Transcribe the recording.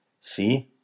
see